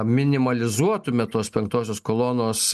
minimalizuotume tos penktosios kolonos